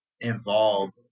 involved